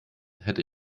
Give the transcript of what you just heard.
hätte